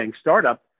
startup